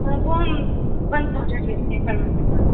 हाँ वो हम वन थाउजेन्ड लेते हैं पर मंथ का